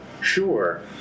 Sure